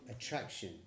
attraction